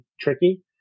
tricky